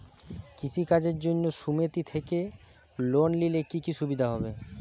কৃষি কাজের জন্য সুমেতি থেকে লোন নিলে কি কি সুবিধা হবে?